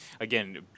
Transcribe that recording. again